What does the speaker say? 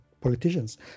politicians